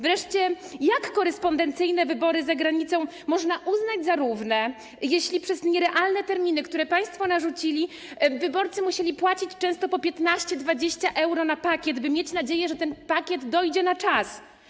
Wreszcie, jak korespondencyjne wybory za granicą można uznać za równe, jeśli przez nierealne terminy, które państwo narzucili, wyborcy musieli płacić często po 15–20 euro na pakiet, by mieć nadzieję, że ten pakiet dojdzie na czas.